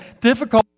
difficult